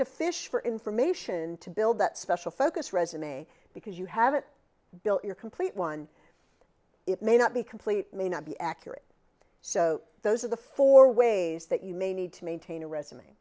to fish for information to build that special focus resume because you haven't built your complete one it may not be complete may not be accurate so those are the four ways that you may need to maintain a resume